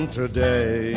today